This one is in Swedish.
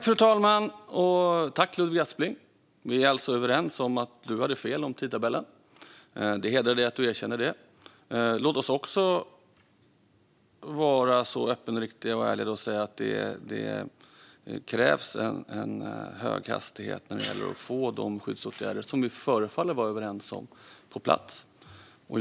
Fru talman! Vi är alltså överens, Ludvig Aspling, om att du hade fel om tidtabellen. Det hedrar dig att du erkänner det. Låt oss också vara ärliga och säga att det krävs en hög hastighet när det gäller att få på plats de skyddsåtgärder som vi förefaller vara överens om.